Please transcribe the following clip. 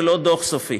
זה לא דוח סופי